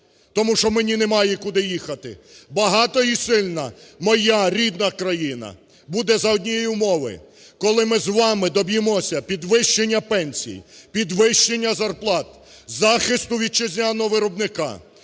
тому що мені немає куди їхати. Багата і сильна моя рідна країна буде за однієї умови, коли ми з вами доб'ємося підвищення пенсій, підвищення зарплат, захисту вітчизняного виробника,